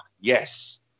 yes